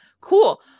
Cool